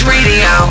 Radio